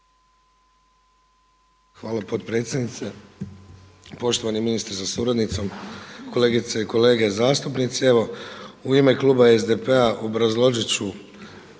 Hvala potpredsjednice. Poštovani ministre sa suradnicom, kolegice i kolege zastupnici. Evo u ime Kluba SDP-a obrazložit